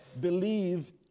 believe